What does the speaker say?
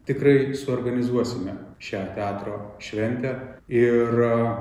tikrai suorganizuosime šią teatro šventę ir